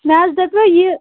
مےٚ حظ دَپیٛوو یہِ